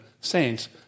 saints